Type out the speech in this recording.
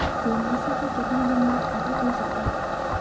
KYC के कितने दिन बाद खाता खुल सकता है?